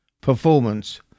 Performance